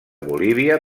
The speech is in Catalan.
bolívia